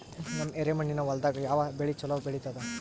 ನಮ್ಮ ಎರೆಮಣ್ಣಿನ ಹೊಲದಾಗ ಯಾವ ಬೆಳಿ ಚಲೋ ಬೆಳಿತದ?